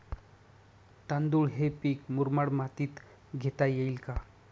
तांदूळ हे पीक मुरमाड मातीत घेता येईल का?